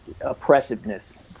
oppressiveness